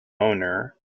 owner